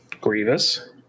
Grievous